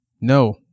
No